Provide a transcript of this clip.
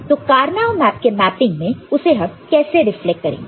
तो Karnaugh map के mapping में उसे हम कैसे रिफ्लेक्ट करेंगे